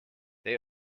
they